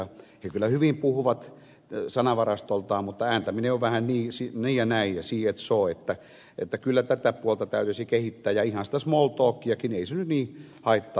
he kyllä hyvin puhuvat sanavarastoltaan mutta ääntäminen on vähän niin ja näin ja sii et soo niin että kyllä tätä puolta täytyisi kehittää ja ihan sitä small talkiakin ei se nyt niin haittaa